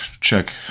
check